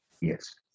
Yes